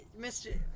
Mr